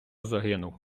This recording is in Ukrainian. загинув